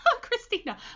christina